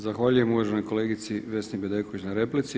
Zahvaljujem uvaženoj kolegici Vesni Bedeković na replici.